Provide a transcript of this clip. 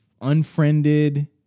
Unfriended